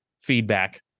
feedback